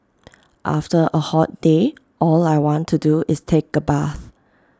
after A hot day all I want to do is take A bath